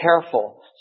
careful